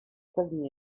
seven